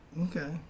Okay